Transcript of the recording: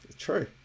True